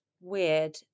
weird